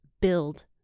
build